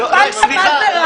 נפלת מה זה רע.